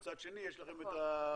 מצד שני יש לכם את המפלט.